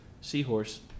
Seahorse